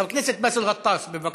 חבר הכנסת באסל גטאס, בבקשה.